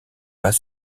pas